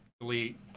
Delete